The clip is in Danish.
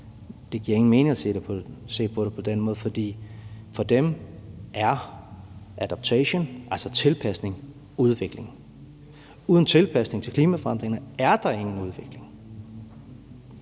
det giver ingen mening at se på det på den måde, fordi for dem er adaptation, altså tilpasning, udvikling. Uden tilpasning til klimaforandringerne er der ingen udvikling.